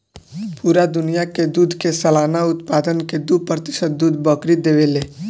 पूरा दुनिया के दूध के सालाना उत्पादन के दू प्रतिशत दूध बकरी देवे ले